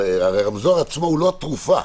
הרמזור עצמו הוא לא התרופה.